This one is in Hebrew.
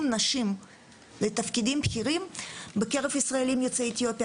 נשים לתפקידים בכירים בקרב ישראליים יוצאי אתיופיה,